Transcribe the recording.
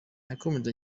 yakomeje